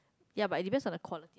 ya but it depends on the quality